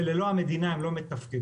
וללא המדינה הן לא מתפקדות,